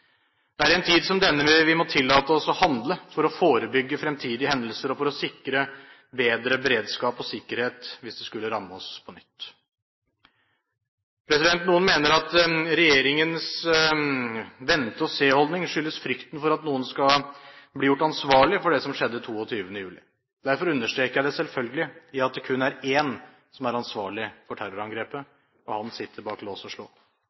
Det er i en tid som denne vi må tillate oss å handle for å forebygge fremtidige hendelser og sikre bedre beredskap og sikkerhet hvis det skulle ramme oss på nytt. Noen mener at regjeringens vente-og-se-holdning skyldes frykten for at noen skal bli gjort ansvarlig for det som skjedde 22. juli. Derfor understreker jeg det selvfølgelige i at det kun er én som er ansvarlig for terrorangrepet, og han sitter bak lås og slå.